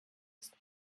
ist